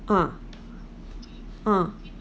ah ah